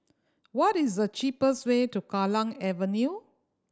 what is the cheapest way to Kallang Avenue